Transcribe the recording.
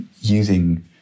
using